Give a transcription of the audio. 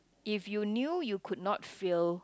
if you knew you could not fail